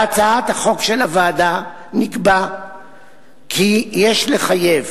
בהצעת החוק של הוועדה נקבע כי יש לחייב